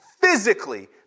physically